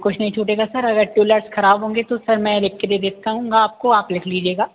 कुछ नहीं छूटेगा सर अगर ट्यूलाइट्स खराब होंगे तो सर मैं लिख के दे देता हूँगा आपको आप लिख लीजिएगा